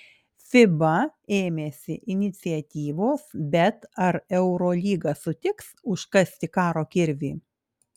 fiba ėmėsi iniciatyvos bet ar eurolyga sutiks užkasti karo kirvį